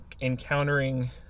encountering